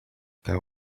that